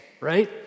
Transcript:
right